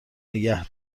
نگه